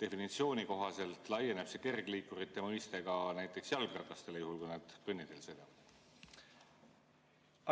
definitsiooni kohaselt laieneb see kergliikuri mõiste ka jalgratastele, juhul kui nad kõnniteel sõidavad?